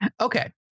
Okay